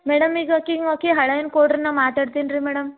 madam ಈಗ ಆಕಿಗೆ ಆಕಿಗೆ ಹಳೇನ ಕೊಡ್ರಿ ನಾ ಮಾತಾಡ್ತೀನಿ ರೀ ಮೇಡಮ್